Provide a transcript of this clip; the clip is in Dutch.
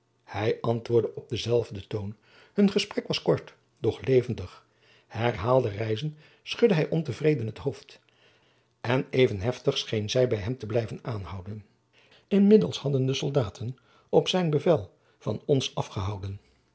hij antwoordde op denzelfden toon hun gesprek was kort doch levendig herhaalde reizen schudde hij ontevreden het hoofd en even heftig scheen zij bij hem te blijven aanhouden inmiddels hadden de soldaten op zijn bevel van ons afgehouden